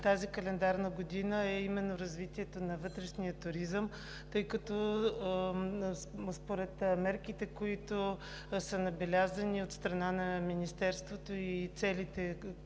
тази календарна година e именно развитието на вътрешния туризъм, тъй като според мерките, които са набелязани от страна на Министерството и целите,